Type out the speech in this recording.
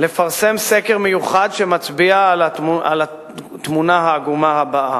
לפרסם סקר מיוחד שמצביע על התמונה העגומה הבאה: